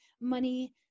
money